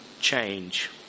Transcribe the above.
change